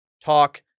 talk